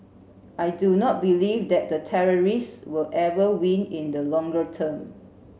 I do not believe that the terrorists will ever win in the longer term